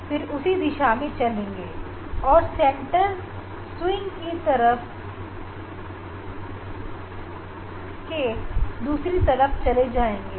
इस तरह चलते हुए हम केंद्र फ्रिंज पर पहुंच जाएंगे और इसकी दूसरी और चलेंगे